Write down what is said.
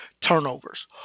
Turnovers